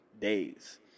days